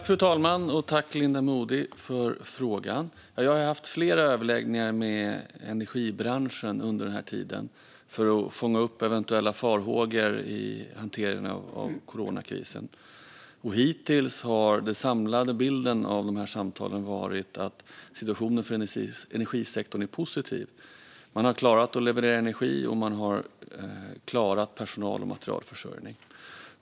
Fru talman! Jag tackar Linda Modig för frågan. Jag har haft flera överläggningar med energibranschen under den här tiden för att fånga upp eventuella farhågor i hanteringen av coronakrisen. Hittills har den samlade bilden efter dessa samtal varit att situationen för energisektorn är positiv. Man har klarat att leverera energi, och man har klarat personal och materialförsörjningen.